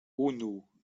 unu